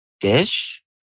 dish